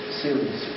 series